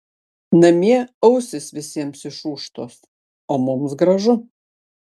namie ausys visiems išūžtos o mums gražu